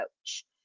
coach